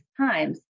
times